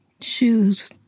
shoes